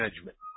judgment